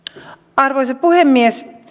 arvoisa puhemies